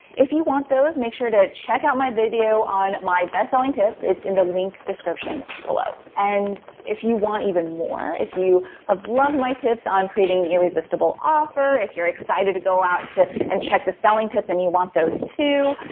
if you want those, make sure to check out my video on my best selling tips, it's in the link description below. and if you want even more, if you have loved my tips on creating an irresistible offer, if you're excited to go out and check the selling tips and you want those too,